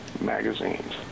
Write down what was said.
magazines